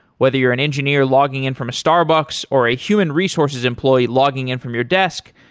whether you're an engineer logging in from a starbucks or a human resources employee logging in from your desk,